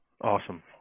Awesome